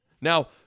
Now